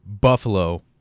Buffalo